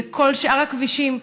וכל שאר הכבישים,